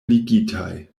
ligitaj